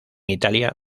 italia